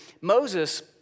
Moses